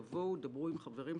תבואו ודברו עם חברים שלכם,